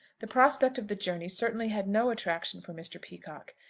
the prospect of the journey certainly had no attraction for mr. peacocke.